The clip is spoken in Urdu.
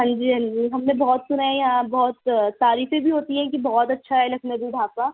ہاں جی ہاں جی ہم نے بہت سنا ہے آپ بہت تعریفیں بھی ہوتی ہیں کہ بہت اچھا ہے لکھنوی ڈھابہ